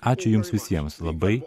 ačiū jums visiems labai